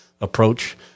approach